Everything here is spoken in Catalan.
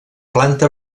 planta